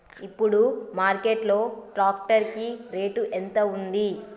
ఇప్పుడు మార్కెట్ లో ట్రాక్టర్ కి రేటు ఎంత ఉంది?